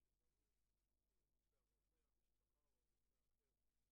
יש פה טבלה ארוכה מאוד,